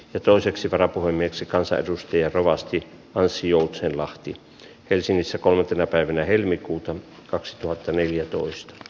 ja toiseksi varapuhemieheksi kansanedustaja rovasti anssi joutsenlahti helsingissä kolme tänä päivänä helmikuuta kaksituhattaneljätoista